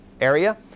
area